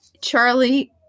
Charlie